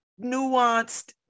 nuanced